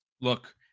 look